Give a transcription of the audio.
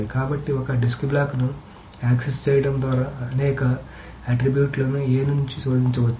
కాబట్టి ఒక డిస్క్ బ్లాక్ను యాక్సెస్ చేయడం ద్వారా అనేక ఆట్రిబ్యూట్ లను A ని శోధించవచ్చు